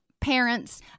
parents